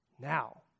now